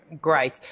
great